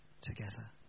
together